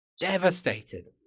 devastated